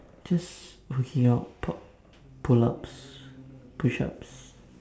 just working out pull pull ups push ups